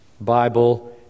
Bible